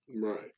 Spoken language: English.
Right